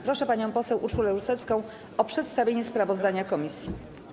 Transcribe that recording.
Proszę panią poseł Urszulę Rusecką o przedstawienie sprawozdania komisji.